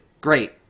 Great